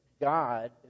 God